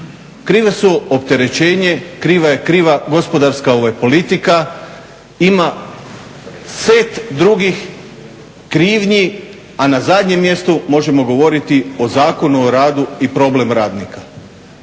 krive su opterećenje kriva gospodarska politika. Ima set drugih krivnji, a na zadnjem mjestu možemo govoriti o Zakonu o radu i problem radnika.